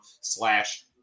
slash